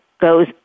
goes